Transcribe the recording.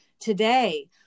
today